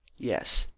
yes,